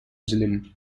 zealand